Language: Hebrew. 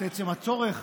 את עצם הצורך